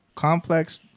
Complex